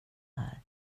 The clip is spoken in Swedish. här